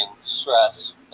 stress